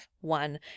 one